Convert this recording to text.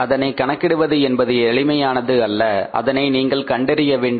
அதனை கணக்கிடுவது என்பது எளிமையானது அல்ல அதனை நீங்கள் கண்டறிய வேண்டும்